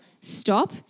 stop